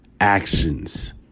actions